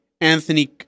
Anthony